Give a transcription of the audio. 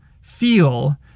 feel